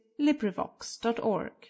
LibriVox.org